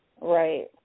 Right